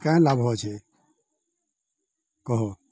କାଁ ଲାଭ ଅଛେ କହ